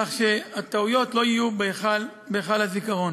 כך שהטעויות לא יהיו בהיכל הזיכרון.